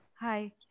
Hi